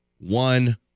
one